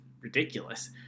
ridiculous